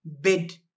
bid